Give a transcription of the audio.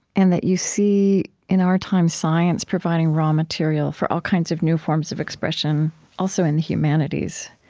and that you see, in our time, science providing raw material for all kinds of new forms of expression, also, in the humanities,